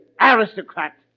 Aristocrat